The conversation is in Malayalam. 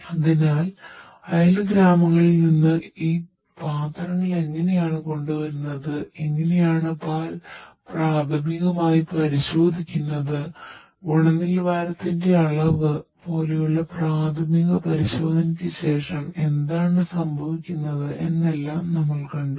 അതിനാൽ അയൽ ഗ്രാമങ്ങളിൽ നിന്ന് ഈ പാത്രങ്ങൾ എങ്ങനെയാണ് കൊണ്ടുവരുന്നത് എങ്ങനെയാണ് പാൽ പ്രാഥമികമായി പരിശോധിക്കുന്നത് ഗുണനിലവാരത്തിന്റെ അളവ് പോലുള്ള പ്രാഥമിക പരിശോധനയ്ക്ക് ശേഷം എന്താണ് സംഭവിക്കുന്നത് എന്നെല്ലാം നമ്മൾ കണ്ടു